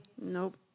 Nope